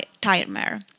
Timer